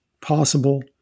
possible